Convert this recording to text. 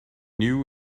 new